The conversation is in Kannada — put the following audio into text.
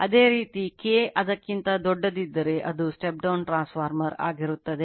ಅದೇ ರೀತಿ K ಅದಕ್ಕಿಂತ ದೊಡ್ಡದಾದರೆ ಅದು ಸ್ಟೆಪ್ ಡೌನ್ ಟ್ರಾನ್ಸ್ಫಾರ್ಮರ್ ಆಗಿರುತ್ತದೆ